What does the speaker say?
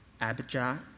Abijah